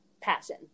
passion